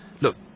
look